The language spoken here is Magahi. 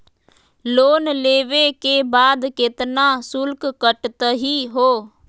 लोन लेवे के बाद केतना शुल्क कटतही हो?